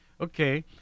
Okay